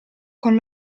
con